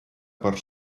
per